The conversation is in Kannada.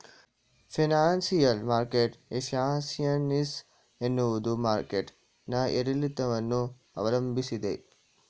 ಫೈನಾನ್ಸಿಯಲ್ ಮಾರ್ಕೆಟ್ ಎಫೈಸೈನ್ಸಿ ಎನ್ನುವುದು ಮಾರ್ಕೆಟ್ ನ ಏರಿಳಿತವನ್ನು ಅವಲಂಬಿಸಿದೆ